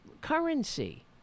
currency